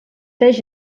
tres